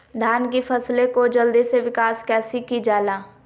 धान की फसलें को जल्दी से विकास कैसी कि जाला?